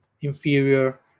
inferior